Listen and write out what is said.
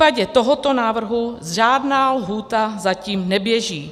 V případě tohoto návrhu žádná lhůta zatím neběží.